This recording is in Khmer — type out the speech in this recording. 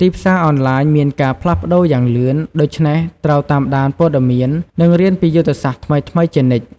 ទីផ្សារអនឡាញមានការផ្លាស់ប្ដូរយ៉ាងលឿន ដូច្នេះត្រូវតាមដានព័ត៌មាន និងរៀនពីយុទ្ធសាស្ត្រថ្មីៗជានិច្ច។